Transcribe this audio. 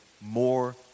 more